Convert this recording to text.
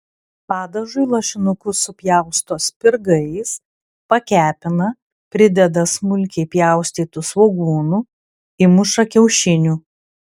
padažui lašinukus supjausto spirgais pakepina prideda smulkiai pjaustytų svogūnų įmuša kiaušinių